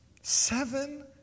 Seven